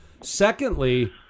Secondly